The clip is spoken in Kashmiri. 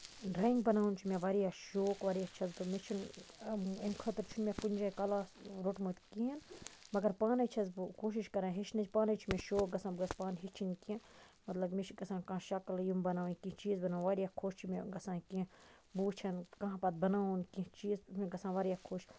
ڈرایِنٛگ بَناوُن چھُ مےٚ واریاہ شوق واریاہ چھَس بہٕ مےٚ چھُنہٕ اَمہِ خٲطرٕ چھُنہٕ مےٚ کُنہِ جایہِ کَلاس روٚٹمُت کِہیٖنٛۍ مَگر پانَے چھَس بہٕ کوٗشِش کران ہیٚچھنٕچ پانَے چھُ مےٚ شوق گژھان بہٕ گژھٕ پانہٕ ہیٚچھِنۍ کیٚنٛہہ کہِ مطلب مےٚ چھُ گژھان کانٛہہ شَکٔل یِم بَناؤنۍ یِم چیٖزن واریاہ خۄش چھُ مےٚ گژھان کیٚنٛہہ بہٕ وُچھہن کانٛہہ پَتہٕ بَناون کیٚنٛہہ چیٖز چھُ مےٚ گژھان واریاہ خۄش